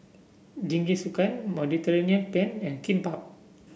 Jingisukan Mediterranean Penne and Kimbap